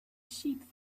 sheep